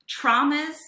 traumas